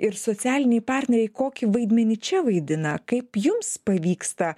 ir socialiniai partneriai kokį vaidmenį čia vaidina kaip jums pavyksta